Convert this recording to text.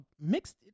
mixed